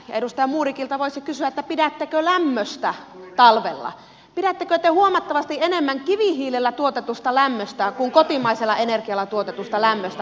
edustaja modigilta voisi kysyä pidättekö lämmöstä talvella pidättekö te huomattavasti enemmän kivihiilellä tuotetusta lämmöstä kuin kotimaisella energialla tuotetusta lämmöstä